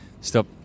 stop